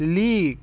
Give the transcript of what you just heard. leek